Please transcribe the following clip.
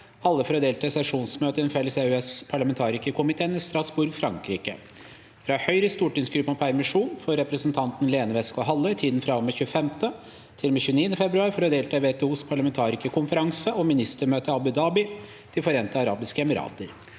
alle for å delta i sesjonsmøte i den felles EØS-parlamentarikerkomiteen i Strasbourg, Frankrike. – fra Høyres stortingsgruppe om permisjon for representanten Lene Westgaard-Halle i tiden fra og med 25. til og med 29. februar for å delta i WTOs parlamentarikerkonferanse og ministermøter i Abu Dhabi, De forente arabiske emirater.